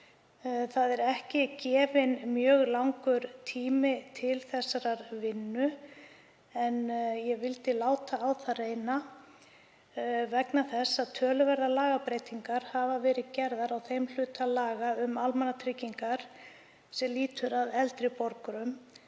Það er ekki gefinn mjög langur tími til þessarar vinnu en ég vildi láta á það reyna vegna þess að töluverðar lagabreytingar hafa verið gerðar á þeim hluta laga um almannatryggingar sem lýtur að eldri borgurum